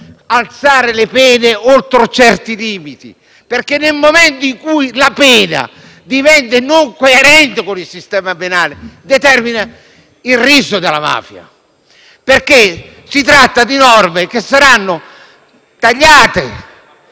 alzare le pene oltre certi limiti perché, nel momento in cui la pena diventa non coerente con il sistema penale, determina il riso della mafia. Si tratta, infatti, di norme che saranno tagliate